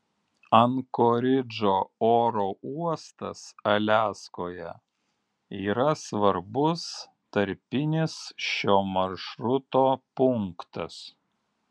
ankoridžo oro uostas aliaskoje yra svarbus tarpinis šio maršruto punktas